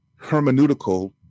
hermeneutical